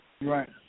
right